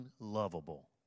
unlovable